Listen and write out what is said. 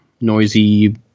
noisy